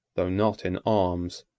though not in arms,